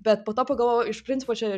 bet po to pagalvojau iš principo čia